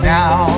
now